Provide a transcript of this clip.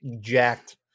jacked